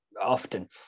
often